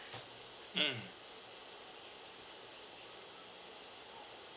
mm